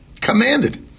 Commanded